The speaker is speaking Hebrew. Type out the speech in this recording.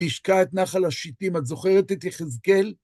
ישקע את נחל השיטים, את זוכרת את יחזקאל?